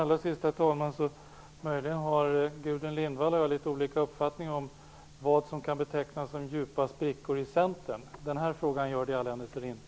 Allra sist: Möjligen har Gudrun Lindvall och jag litet olika uppfattning om vad som kan betecknas som djupa sprickor i Centern. Den här frågan gör det i alla händelser inte.